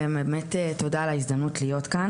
ובאמת תודה על ההזדמנות להיות כאן.